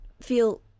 feel